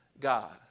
God